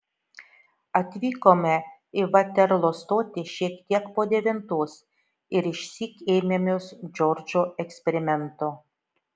atvykome į vaterlo stotį šiek tiek po devintos ir išsyk ėmėmės džordžo eksperimento